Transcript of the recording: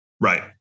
Right